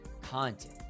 content